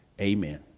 Amen